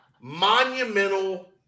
monumental